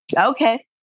Okay